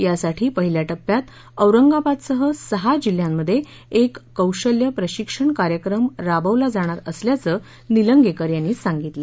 यासाठी पहिल्या टप्प्यात औरंगाबादसह सहा जिल्ह्यांमध्ये एक कौशल्य प्रशिक्षण कार्यक्रम राबवला जाणार असल्याचं निलंगेकर यांनी सांगितलं